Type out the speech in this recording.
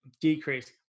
decrease